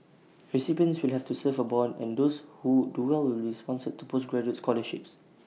recipients will have to serve A Bond and those who do well will be sponsored for postgraduate scholarships